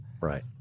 Right